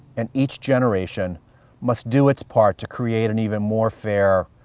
and each generation must do it's part to create an even more fair,